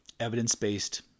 evidence-based